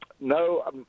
No